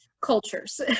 cultures